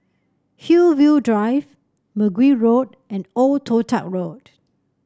Hillview Drive Mergui Road and Old Toh Tuck Road